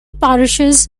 parishes